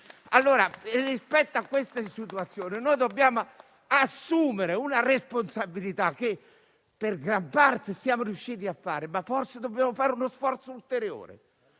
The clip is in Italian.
Rispetto a questa situazione, dobbiamo assumere una responsabilità, che per gran parte siamo riusciti a prenderci, ma forse dobbiamo fare uno sforzo ulteriore,